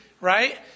right